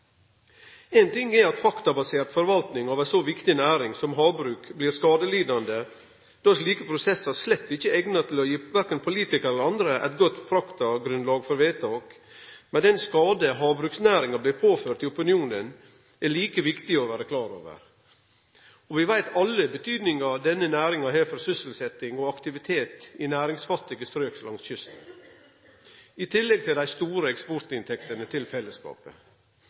ting er at faktabasert forvalting av ei så viktig næring som havbruk blir skadelidande, då slike prosessar slett ikkje er eigna til å gi verken politikarar eller andre eit godt faktagrunnlag for vedtak, men den skaden havbruksnæringa blir påført i opinionen, er like viktig å vere klar over. Vi veit alle kva betydning denne næringa har for sysselsetjing og aktivitet i næringsfattige strøk langs kysten, i tillegg til dei store eksportinntektene til